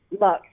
look